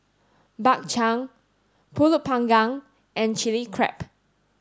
Bak Chang Pulut panggang and Chilli Crab